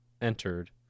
entered